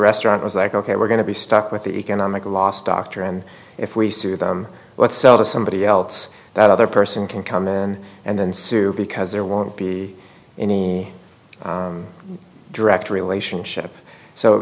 restaurant was like ok we're going to be stuck with the economic loss doctor and if we sue them let's sell to somebody else that other person can come in and then sue because there won't be any direct relationship so